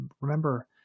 remember